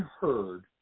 heard